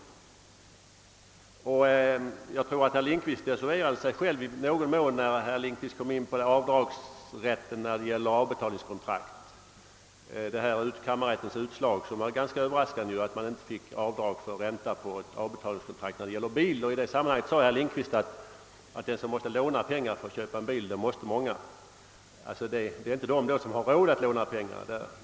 Sedan tyckte jag också att herr Lindkvist i någon mån desavuerade sig själv när han kom in på avdragsrätten vid köp på avbetalningskontrakt. Kammarrättens utslag att man inte får göra avdrag för ränta vid köp av bil på avbetalning var ganska överraskande. Herr Lindkvist ömmade i det sammanhanget för dem som måste låna pengar för att köpa bil — och det måste många göra —; här var det inte tal om människor som har råd att låna pengar.